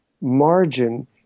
margin